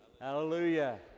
Hallelujah